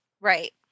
right